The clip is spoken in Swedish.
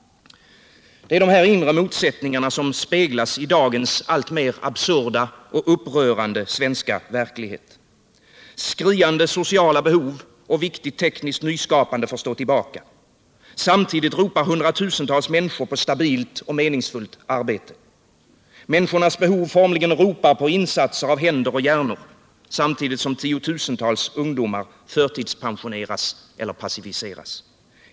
Det är dessa inre motsättningar som speglas i dagens alltmer absurda och upprörande svenska verklighet. Skriande sociala behov och viktigt tekniskt nyskapande får stå tillbaka. Samtidigt ropar hundratusentals människor på stabilt och meningsfullt arbete. Människornas behov formligen ropar på insatser av händer och hjärnor, på samma gång som tiotusentals ungdomar förtidspensioneras eller passiviseras.